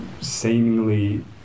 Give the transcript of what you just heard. seemingly